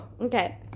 Okay